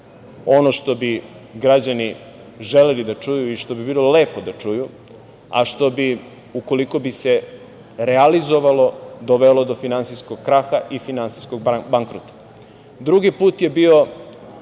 ono što bi građani želeli da čuju i što bi bilo lepo da čuju, a što bi, ukoliko bi se realizovalo, dovelo do finansijskog kraha i finansijskog bankrota. Drugi put je bio